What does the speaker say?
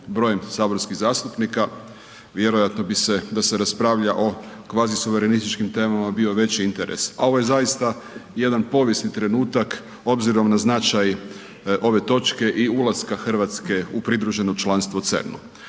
brojem saborskih zastupnika, vjerojatno bi se da se raspravlja o kvazi suverenističkim temama bio veći interes a ovo je zaista jedan povijesni trenutak obzirom na značaj ove točke i ulaska Hrvatske u pridruženo članstvo u CERN-u.